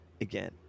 again